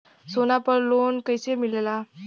सोना पर loan कइसे मिलेला?